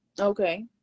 Okay